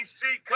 see